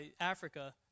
Africa